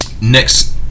Next